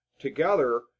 together